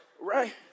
Right